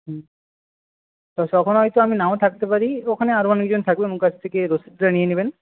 হুম তখন হয়তো আমি নাও থাকতে পারি ওখানে আরও অনেকজন থাকবে কাছ থেকে রসিদটা নিয়ে নেবেন